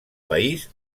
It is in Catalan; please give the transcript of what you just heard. país